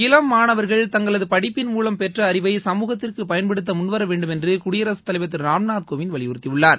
இளம் மாணவர்கள் தங்களது படிப்பின் மூலம் பெற்ற அறிவை சமூகத்திற்கு பயன்படுத்த முன்வர வேண்டும் என்று குடியரசு தலைவர் திரு ராம்நாத் கோவிந்த் வலியுறுத்தியுள்ளார்